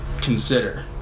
consider